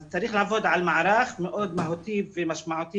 אז צריך לעבוד על מערך מהותי ומשמעותי